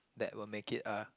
that will make it a